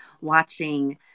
watching